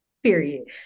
Period